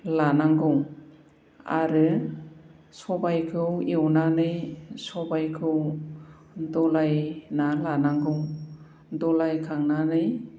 लानांगौ आरो सबायखौ एवनानै सबायखौ दलायना लानांगौ दलायखांनानै